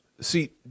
See